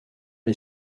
est